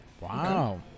Wow